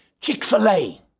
Chick-fil-A